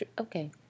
Okay